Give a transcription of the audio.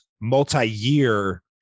multi-year